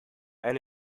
and